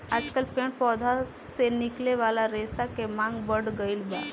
आजकल पेड़ पौधा से निकले वाला रेशा के मांग बढ़ गईल बा